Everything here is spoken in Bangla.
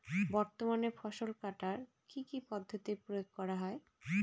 বর্তমানে ফসল কাটার কি কি পদ্ধতি প্রয়োগ করা হয়?